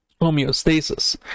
homeostasis